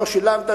לא שילמת?